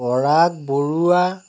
Parag Barua